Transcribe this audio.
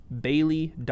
Bailey